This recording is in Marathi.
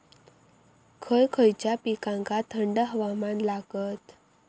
खय खयच्या पिकांका थंड हवामान लागतं?